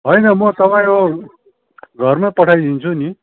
होइन म तपाईँको घरमै पठाइदिन्छु नि